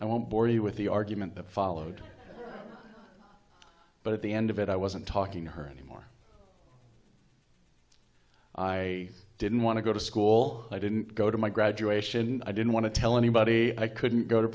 i won't bore you with the argument that followed but at the end of it i wasn't talking to her anymore i didn't want to go to school i didn't go to my graduation i didn't want to tell anybody i couldn't go to